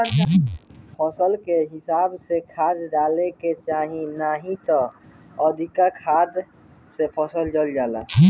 फसल के हिसाबे से खाद डाले के चाही नाही त अधिका खाद से फसल जर जाला